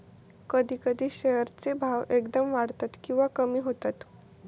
कधी कधी शेअर चे भाव एकदम वाढतत किंवा कमी होतत